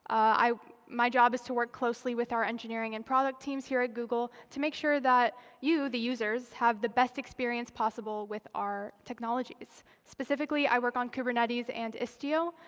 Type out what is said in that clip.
my job is to work closely with our engineering and product teams here at google to make sure that you, the users, have the best experience possible with our technologies. specifically, i work on kubernetes and istio.